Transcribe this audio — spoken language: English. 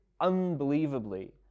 unbelievably